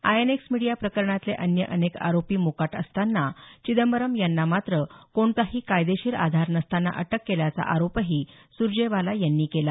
INX media प्रकरणातले अन्य अनेक आरोपी मोकाट असताना चिदंबरम यांना मात्र कोणताही कायदेशीर आधार नसताना अटक केल्याचा आरोपही सुरजेवाला यांनी केला